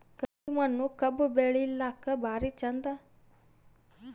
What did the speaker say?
ಕರಿ ಮಣ್ಣು ಕಬ್ಬು ಬೆಳಿಲ್ಲಾಕ ಭಾರಿ ಚಂದ?